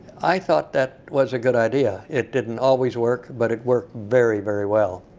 i thought that was a good idea. it didn't always work, but it worked very, very well.